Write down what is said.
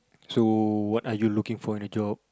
so what are you looking for in a job